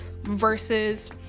versus